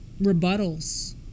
rebuttals